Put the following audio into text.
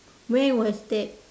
when was that